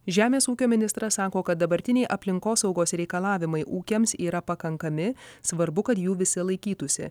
žemės ūkio ministras sako kad dabartiniai aplinkosaugos reikalavimai ūkiams yra pakankami svarbu kad jų visi laikytųsi